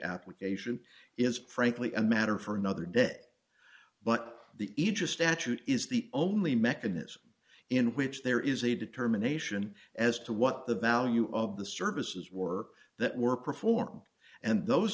application is frankly a matter for another day but the aegis statute is the only mechanism in which there is a determination as to what the value of the services were that were performed and those